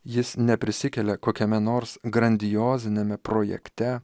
jis neprisikelia kokiame nors grandioziniame projekte